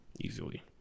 Easily